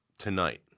Tonight